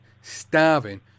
starving